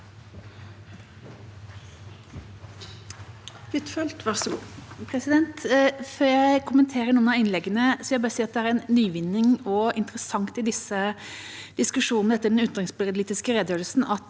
Før jeg kommenterer noen av innleggene, vil jeg bare si at det er interessant og en nyvinning i disse diskusjonene etter den utenrikspolitiske redegjørelsen at